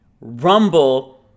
rumble